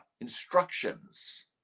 Instructions